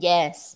Yes